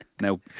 now